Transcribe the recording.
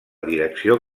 direcció